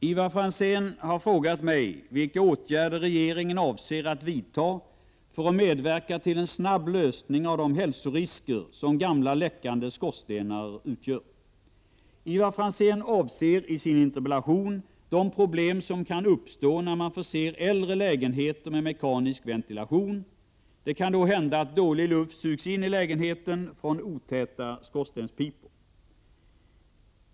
Herr talman! Ivar Franzén har frågat mig vilka åtgärder regeringen avser att vidta för att medverka till en snabb lösning av de hälsorisker som gamla, läckande skorstenar utgör. Ivar Franzén avser i sin interpellation de problem som kan uppstå när man förser äldre lägenheter med mekanisk ventilation. Det kan då hända att dålig luft sugs in i lägenheten från otäta skorstenspipor.